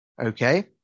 okay